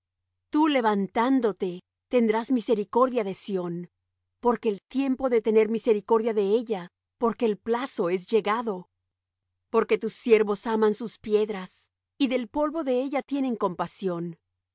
tú levantándote tendrás misericordia de sión porque el tiempo de tener misericordia de ella porque el plazo es llegado porque tus siervos aman sus piedras y del polvo de ella tienen compasión